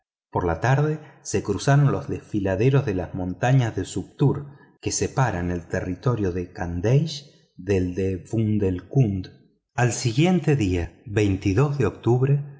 por la tarde se cruzaron los desfiladeros de las montañas de suptur que separan el territorio de khandeish del de bundeikund al siguiente día de octubre